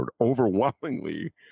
overwhelmingly